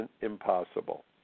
impossible